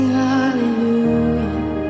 hallelujah